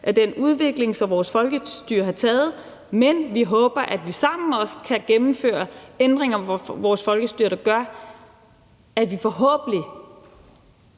af den udvikling, som vores folkestyre har gennemgået, men vi håber, at vi sammen også kan gennemføre ændringer af vores folkestyre, der gør, at vi forhåbentlig